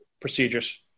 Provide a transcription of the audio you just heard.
procedures